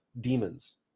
demons